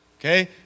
okay